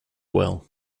well